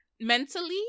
mentally